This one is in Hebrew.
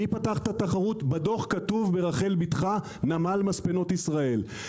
מי פתח את התחרות בדוח כתוב ברחל בתך: נמל מספנות ישראל.